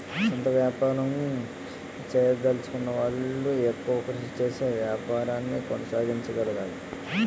సొంత వ్యాపారం చేయదలచుకున్న వాళ్లు ఎక్కువ కృషి చేసి వ్యాపారాన్ని కొనసాగించగలగాలి